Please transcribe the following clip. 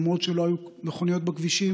למרות שלא היו מכוניות בכבישים,